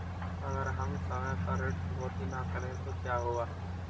अगर हम समय पर ऋण चुकौती न करें तो क्या होगा?